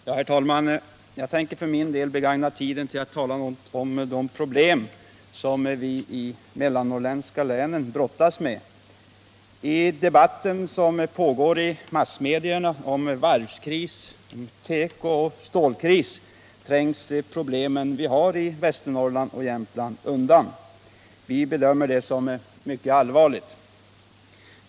Herr talman! Jag tänker för min del begagna tiden till att tala något om de problem som vi i de mellannorrländska länen brottas med. I debatten i massmedierna om varvskris, tekooch stålkris trängs de problem vi har i Västernorrland och Jämtland undan. Vi bedömer detta som mycket allvarligt.